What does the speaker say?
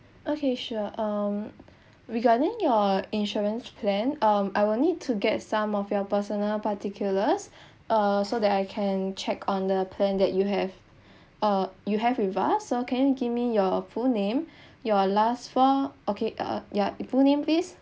okay sure um regarding your insurance plan um I will need to get some of your personal particulars uh so that I can check on the plan that you have uh you have with us so can you give me your full name your last four okay uh ya your full name please